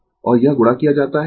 और यह गुणा किया जाता है यह 1323